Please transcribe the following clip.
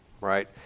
right